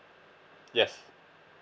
yes